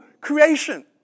creation